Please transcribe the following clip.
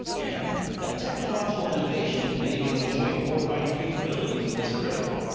and that technological innovation enabling joint war-fighting capabilities is critical.